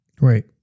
Right